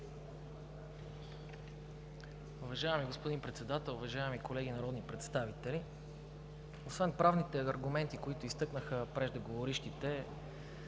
Уважаеми господин Председател, уважаеми колеги народни представители! Освен правните аргументи, които изтъкнаха преждеговорившите